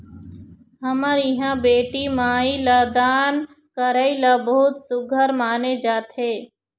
हमर इहाँ बेटी माई ल दान करई ल बहुत सुग्घर माने जाथे